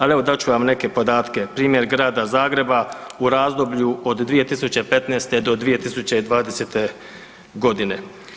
Ali evo dat ću vam neke podatke primjer Grada Zagreba u razdoblju od 2015. do 2020. godine.